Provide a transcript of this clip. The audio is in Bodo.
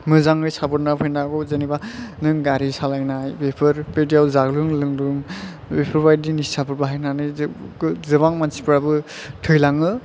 मोजाङै साबदान फैनांगौ जेनबा नों गारि सालायनाय बेफोर बायदियाव जाग्लुं लोंग्लुं बेफोरबायदि निसाफोर बाहायनानै गोबां मानसिफ्राबो थैलाङो